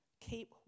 Keep